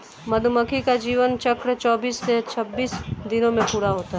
मधुमक्खी का जीवन चक्र चौबीस से छब्बीस दिनों में पूरा होता है